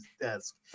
desk